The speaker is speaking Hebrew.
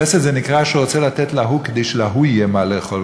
חסד זה נקרא כשהוא רוצה לתת כדי שההוא יהיה לו מה לאכול,